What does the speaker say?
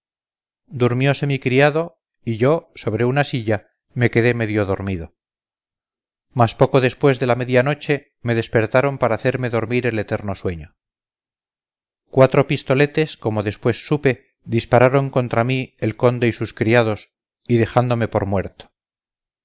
acostarme durmióse mi criado y yo sobre una silla me quedé medio dormido mas poco después de la media noche me despertaron para hacerme dormir el eterno sueño cuatro pistoletes como después supe dispararon contra mí el conde y sus criados y dejándome por muerto